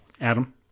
Adam